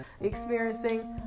experiencing